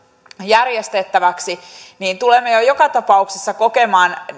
järjestettäväksi niin tulemme jo joka tapauksessa kokemaan